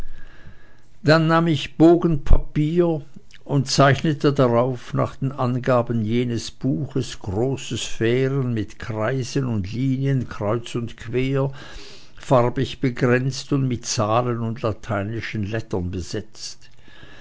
dann nahm ich bogen papier und zeichnete darauf nach den angaben jenes buches große sphären mit kreisen und linien kreuz und quer farbig begrenzt und mit zahlen und lateinischen lettern besetzt